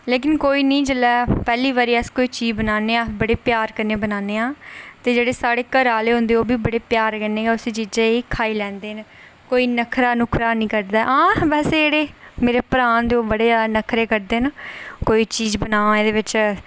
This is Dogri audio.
लेकिन कोई नईं जेल्लै अस पैह्ली बारी अस कोई चीज़ बनाने आं बड़े प्यार कन्नै बनाने आं ते जेह्ड़े साढ़े घरै आह्ले होंदे न ओह्बी इसी प्यार कन्नै खाई लैंदे न कोई नखरा निं करदा आं बस जेह्ड़े भ्राऽ न ओह् बड़े जादा नखरे करदे न कोई चीज़ बनांऽ एह्दे बिच